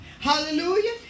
Hallelujah